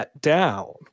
down